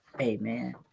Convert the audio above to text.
amen